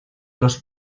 los